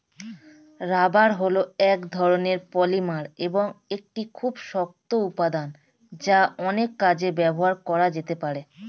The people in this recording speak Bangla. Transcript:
রাবার হল এক ধরণের পলিমার এবং একটি খুব শক্ত উপাদান যা অনেক কাজে ব্যবহার করা যেতে পারে